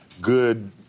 good